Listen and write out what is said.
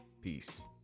Peace